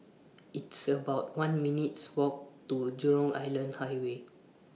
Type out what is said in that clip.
It's about one minutes' Walk to Jurong Island Highway